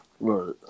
Right